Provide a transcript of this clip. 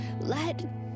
Let